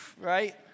right